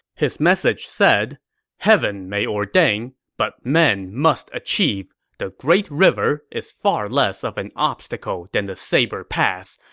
his message said heaven may ordain, but men must achieve. the great river is far less of an obstacle than the saber pass.